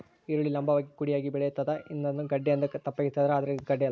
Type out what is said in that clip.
ಈರುಳ್ಳಿ ಲಂಭವಾಗಿ ಕುಡಿಯಾಗಿ ಬೆಳಿತಾದ ಇದನ್ನ ಗೆಡ್ಡೆ ಎಂದು ತಪ್ಪಾಗಿ ತಿಳಿದಾರ ಆದ್ರೆ ಇದು ಗಡ್ಡೆಯಲ್ಲ